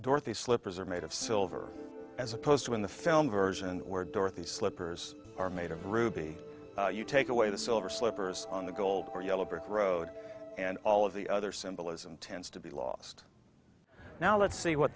dorothy slippers are made of silver as opposed to in the film version where dorothy's slippers are made of ruby you take away the silver slippers on the gold or yellow brick road and all of the other symbolism tends to be lost now let's see what